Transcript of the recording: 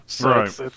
Right